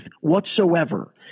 whatsoever